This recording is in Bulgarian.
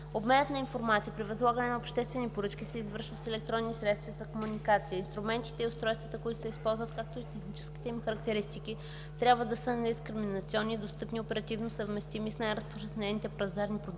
Обменът на информация при възлагане на обществени поръчки се извършва с електронни средства за комуникация. Инструментите и устройствата, които се използват, както и техническите им характеристики трябва да са недискриминационни, достъпни и оперативно съвместими с най разпространените пазарни продукти